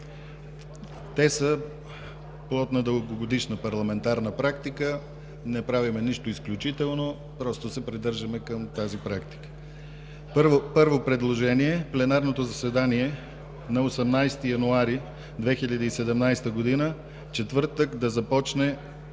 Те са плод на дългогодишна парламентарна практика. Не правим нищо изключително, просто се придържаме към тази практика. Първо предложение: пленарното заседание на 19 януари 2017 г., четвъртък, да започне